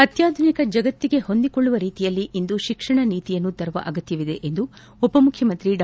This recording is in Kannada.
ಅತ್ಯಾಧುನಿಕ ಜಗತ್ತಿಗೆ ಹೊಂದಿಕೊಳ್ಳುವ ರೀತಿಯಲ್ಲಿ ಇಂದು ಶಿಕ್ಷಣ ನೀತಿ ತರುವ ಅಗತ್ಯವಿದೆ ಎಂದು ಉಪಮುಖ್ಯಮಂತ್ರಿ ಡಾ